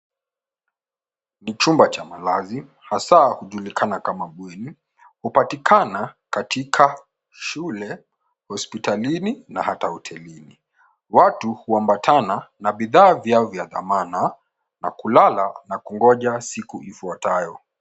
Ni chumba cha Malazi hasa hujulikana kama bweni. Hupatikana katika shule, hospitalini na hata hotelini. Watu huambatana na bidhaa zao za dhamani na kulala na kungoja siku ifuatayo.